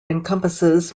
encompasses